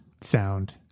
sound